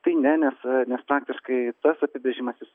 tai ne nes nes faktiškai tas apibrėžimas jis